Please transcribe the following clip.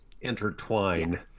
intertwine